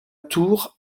tour